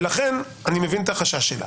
ולכן אני מבין את החשש שלה,